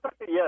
Yes